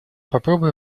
попробуй